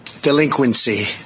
Delinquency